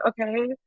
okay